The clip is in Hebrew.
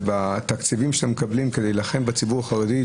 ובתקציבים שאתם מקבלים כדי להילחם בציבור החרדי,